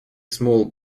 small